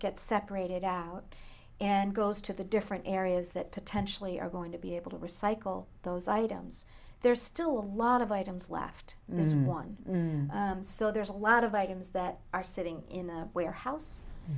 gets separated out and goes to the different areas that potentially are going to be able to recycle those items there are still a lot of items left in this one so there's a lot of items that are sitting in a warehouse